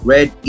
Red